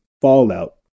fallout